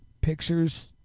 pictures